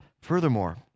Furthermore